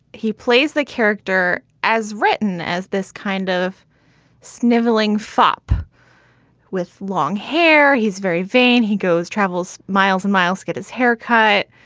he plays the character as written as this kind of sniveling fop with long hair. he's very vain. he goes, travels miles and miles, get his haircut.